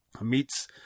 meets